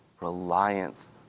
reliance